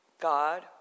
God